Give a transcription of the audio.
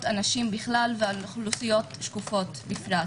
הנשים בכלל ועל אוכלוסיות שקופות בפרט.